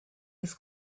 his